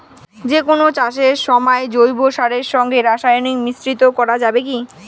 যে কোন চাষের সময় জৈব সারের সঙ্গে রাসায়নিক মিশ্রিত করা যাবে কি?